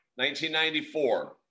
1994